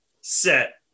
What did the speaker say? set